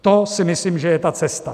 To si myslím, že je ta cesta.